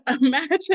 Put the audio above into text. imagine